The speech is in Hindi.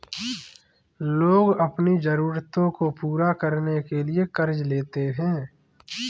लोग अपनी ज़रूरतों को पूरा करने के लिए क़र्ज़ लेते है